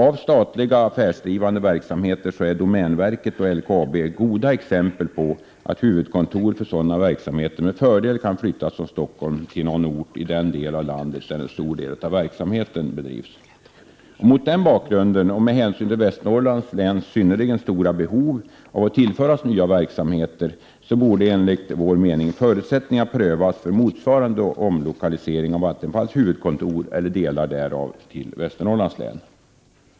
Av statliga affärsdrivande verksamheter är domänverket och LKAB goda exempel på att huvudkontor för sådana verksamheter med fördel kan flyttas från Stockholm till någon ort i den del av landet, där en stor del av verksamheten bedrivs. Mot den bakgrunden och med hänsyn till Västernorrlands läns synnerligen stora behov av att tillföras nya verksamheter borde enligt vår mening förutsättningar prövas för motsvarande omlokalisering av Vattenfalls huvudkontor eller vissa delar därav till Västernorrlands län.